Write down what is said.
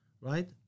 right